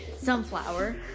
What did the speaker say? Sunflower